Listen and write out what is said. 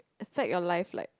affect your life like